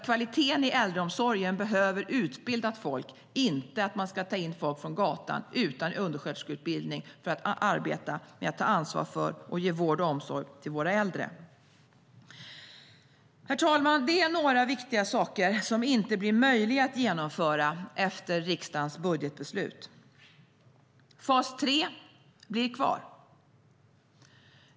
Kvaliteten i äldreomsorgen behöver utbildat folk, inte att folk tas in från gatan utan undersköterskeutbildning för att arbeta med att ta ansvar för och ge vård och omsorg till våra äldre. Herr talman! Det är några viktiga saker som inte blir möjliga att genomföra efter riksdagens budgetbeslut. Fas 3 blir kvar.